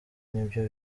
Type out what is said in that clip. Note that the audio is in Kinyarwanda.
nibyo